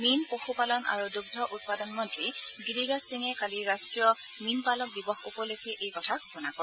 মীন পশুপালন আৰু দুঙ্ধ উৎপাদন মন্ত্ৰী গিৰিৰাজ সিঙে কালি ৰাষ্ট্ৰীয় মীনপালক দিৱস উপলক্ষে এই ঘোষণা কৰে